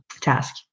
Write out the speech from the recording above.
task